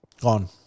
Gone